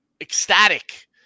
ecstatic